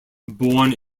born